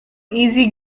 easy